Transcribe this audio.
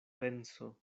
penso